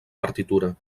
partitura